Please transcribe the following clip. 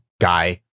guy